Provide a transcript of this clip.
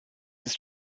ist